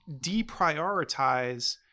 deprioritize